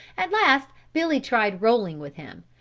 at last billy tried rolling with him,